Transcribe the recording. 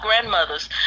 grandmothers